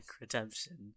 Redemption